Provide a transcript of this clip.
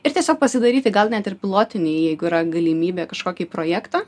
ir tiesiog pasidaryti gal net ir pilotinį jeigu yra galimybė kažkokį projektą